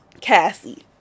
Cassie